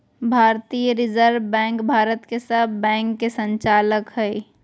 भारतीय reserve bank Bharat के सब बैंक के संचालक हइ